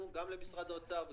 או באמצעות משרד ממשלתי אחר,